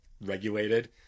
regulated